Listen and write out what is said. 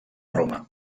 roma